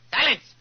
Silence